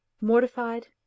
mortified